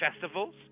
festivals